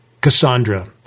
Cassandra